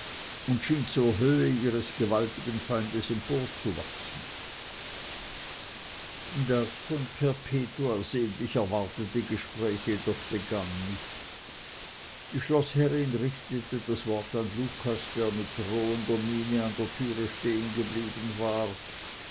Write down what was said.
und schien zur höhe ihres gewaltigen feindes emporzuwachsen das von perpetua sehnlich erwartete gespräch jedoch begann nicht die schloßherrin richtete das wort an lucas der mit drohender miene an der türe stehen geblieben war